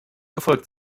gefolgt